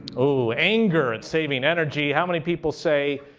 oh, anger at saving energy. how many people say,